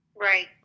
Right